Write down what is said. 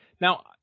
Now